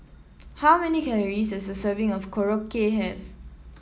how many calories does a serving of Korokke have